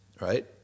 right